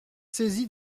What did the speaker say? saisi